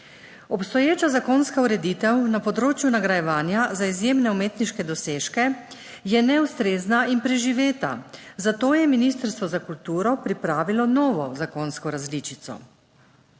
Obstoječa zakonska ureditev na področju nagrajevanja za izjemne umetniške dosežke, je neustrezna in preživeta, zato je Ministrstvo za kulturo pripravilo novo zakonsko različico.